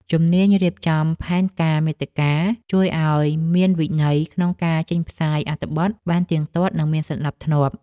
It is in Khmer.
ជំនាញរៀបចំផែនការមាតិកា ជួយឱ្យអ្នកមានវិន័យក្នុងការចេញផ្សាយអត្ថបទបានទៀងទាត់ និងមានសណ្ដាប់ធ្នាប់។